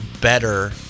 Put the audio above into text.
better